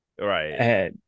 Right